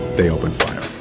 they opened fire